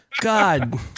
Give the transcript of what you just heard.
God